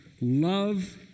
love